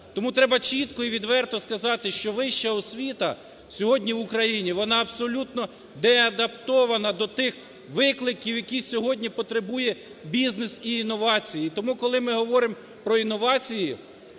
Тому треба чітко і відверто сказати, що вища освіта сьогодні в Україні, вона абсолютно деадаптована до тих викликів, які сьогодні потребує бізнес і інновації. Тому, коли ми говоримо про інновації,